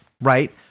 right